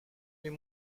mais